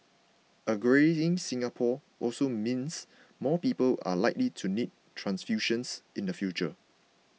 a greying Singapore also means more people are likely to need transfusions in the future